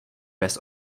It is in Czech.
bez